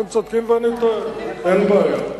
אתם צודקים ואני טועה, אין בעיה.